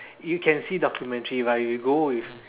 you can see documentary right you go with